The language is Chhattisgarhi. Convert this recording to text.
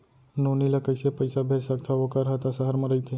नोनी ल कइसे पइसा भेज सकथव वोकर हा त सहर म रइथे?